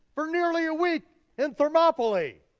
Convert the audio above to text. for nearly a week in thermopolis,